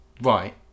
Right